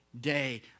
day